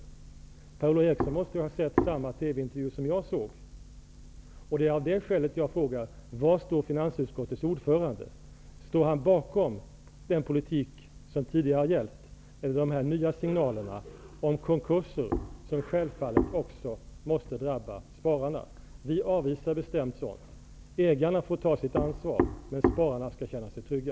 Per-Ola Eriksson bör väl ha sett samma TV-intervju som jag. Det är av det skälet jag frågar: Var står finansutskottets ordförande? Står han bakom den politik som tidigare har gällt eller ansluter han sig till de nya signalerna om att konkurser självfallet också måste drabba spararna? Vi avvisar bestämt sådana signaler. Ägarna får ta sitt ansvar, men spararna skall kunna känna sig trygga.